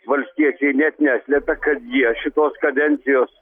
valstiečiai net neslepia kad jie šitos kadencijos